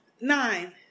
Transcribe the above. Nine